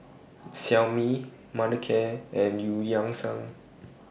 Xiaomi Mothercare and EU Yan Sang